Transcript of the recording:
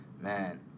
man